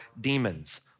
demons